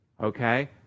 Okay